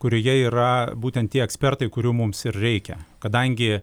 kurioje yra būtent tie ekspertai kurių mums ir reikia kadangi